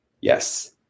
Yes